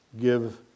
give